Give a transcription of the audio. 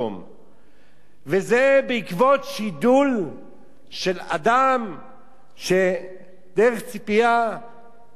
וזה בעקבות שידול של אדם שדרך צפייה באינטרנט,